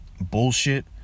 bullshit